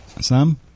Sam